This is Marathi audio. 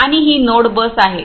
आणि ही नोड बस आहे